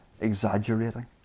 exaggerating